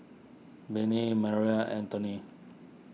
Bennie Marie Antony